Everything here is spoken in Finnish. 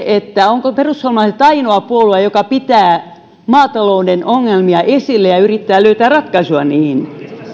että onko perussuomalaiset ainoa puolue joka pitää maatalouden ongelmia esillä ja yrittää löytää ratkaisuja niihin